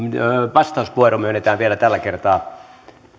vastauspuheenvuoro myönnetään vielä tällä kertaa